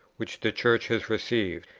which the church has received,